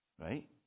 Right